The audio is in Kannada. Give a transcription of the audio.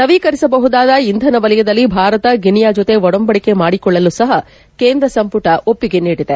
ನವೀಕರಿಸಬಹುದಾದ ಇಂಧನ ವಲಯದಲ್ಲಿ ಭಾರತ ಗ್ಲನಿಯಾ ಜೊತೆ ಒಡಂಬಡಿಕೆ ಮಾಡಿಕೊಳ್ಳಲು ಸಹ ಕೇಂದ್ರ ಸಂಪುಟ ಒಪ್ಪಿಗೆ ನೀಡಿದೆ